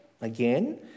again